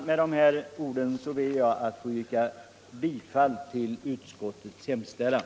Med dessa ord ber jag att få yrka bifall till utskottets hemställan.